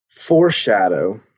foreshadow